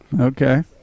Okay